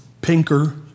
pinker